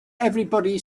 everybody